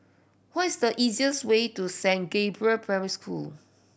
what is the easiest way to Saint Gabriel Primary School